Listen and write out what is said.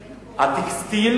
הטקסטיל,